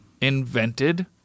Invented